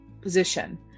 position